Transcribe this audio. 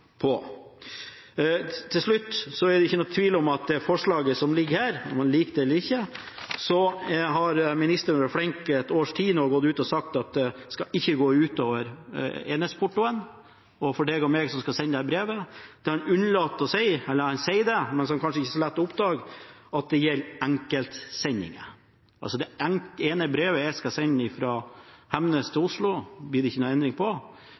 Til slutt: Det er ingen tvil om at når det gjelder det forslaget som ligger her, om man liker det eller ikke, har samferdselsministeren vært flink et års tid nå og gått ut og sagt at det ikke skal gå utover enhetsportoen og for deg og meg som skal sende brev. Det han unnlater å si – han sier det, men det er kanskje ikke så lett å oppdage – er at det gjelder enkeltsendinger. Altså: Det ene brevet jeg skal sende fra Hemnes til Oslo, blir det ingen endring for, men bedriften ute på Hemnesberget som skal ha masseutsending, vil ikke